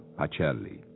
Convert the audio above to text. Pacelli